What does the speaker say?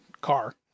car